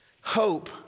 Hope